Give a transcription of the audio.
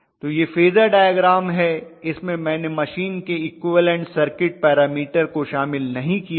तो यह phasor diagram है इसमें मैंने मशीन के इक्विवलन्ट सर्किट पैरामीटर को शामिल नहीं किया है